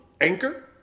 Anchor